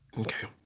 Okay